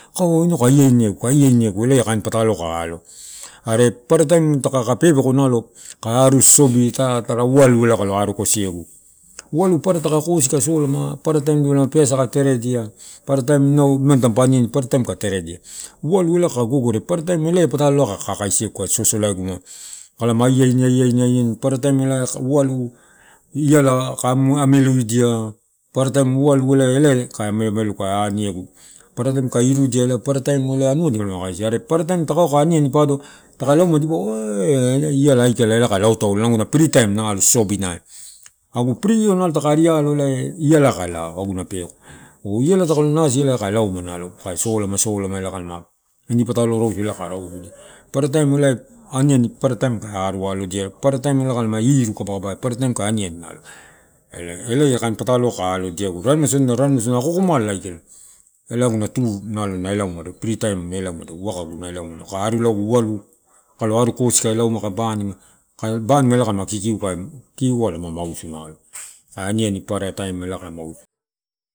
Kaua ina kai aiainiegu kai aiainiegu, ela ia kain pataloua kai alo. Paparataim taka pepeko ka aru sosobi, sa tara uala kalo aru kosi egu, uala papara taka kosi kai solama paparataim tadipa peasa kai teredia paparataim inau imandi mampa anidia paparataim kai teredia. Uala ela kaka gogore paparataim ela ia patalo kai kakasiegu, kai sosola egu kalama aiaini, aiaini, aiaini papara taim. Iala kai ameluidia paparataim ualu ela la kain ameamelu kai ani aniegu. Paparataim kai irudia anua dipalama kaisi are paparataim takaua kai ani ani taka lauma dipaua ah- ah iala aikala ela kai lau taulo ela aguna freetime ani sosobinai nalo. Agu free io taka aru alo io ialai kai lao aguna peko. Oh iala taka lo nasi ela kai lauma nalo, kai solama, solama, solama ela ka ini patalo rausu ela kai arausudia. Paparataim ela aniani paparataim kai aru aioidia egu paparataim. Kalama iru kabakabai paparataim nalo kai aniani nalo, ela, ela ia kain pataloua kai allodiaegu u, raremaisodina raremaisodina o akomala aikala ela aguna tu nalo na ela umado free time ela umado uwakagu ela umado taka aru lalauegu ualu kai apu koi kai lauma kai banima, kai banimu kailama kikiu. Kikiu ai lago kai lama mausu nalo aka aniani paparataim ela kai mausu.